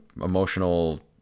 emotional